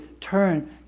turn